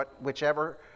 whichever